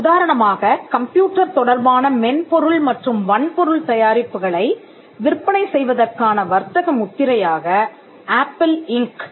உதாரணமாகக் computer தொடர்பான மென்பொருள் மற்றும் வன்பொருள் தயாரிப்புகளை விற்பனை செய்வதற்கான வர்த்தக முத்திரையாக ஆப்பிள் இன்க் Apple Inc